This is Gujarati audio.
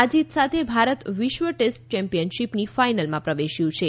આ જીત સાથે ભારત વિશ્વ ટેસ્ટ ચેમ્પિયનશીપની ફાઇનલમાં પ્રવેશ્યું છે